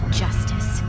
justice